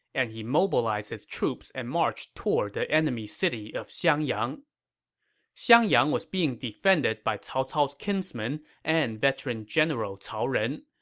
and he mobilized his troops and marched toward the enemy city of xiangyang xiangyang was being defended by cao cao's kinsman and veteran general cao ren.